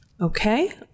Okay